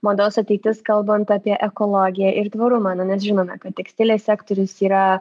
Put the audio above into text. mados ateitis kalbant apie ekologiją ir tvarumą na nes žinome kad tekstilės sektorius yra